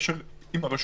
בקשר עם הרשויות,